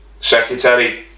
Secretary